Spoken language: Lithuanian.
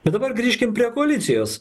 bet dabar grįžkim prie koalicijos